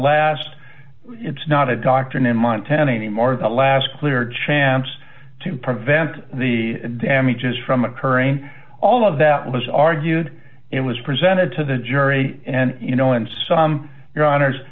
last it's not a doctrine in montana anymore the last clear chance to prevent the damages from occurring all of that was argued it was presented to the jury and you know in some your hono